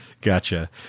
Gotcha